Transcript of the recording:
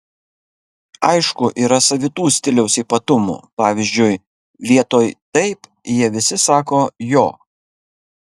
aišku yra savitų stiliaus ypatumų pavyzdžiui vietoj taip jie visi sako jo